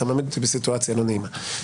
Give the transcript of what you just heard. אתה מעמיד אותי בסיטואציה לא נעימה.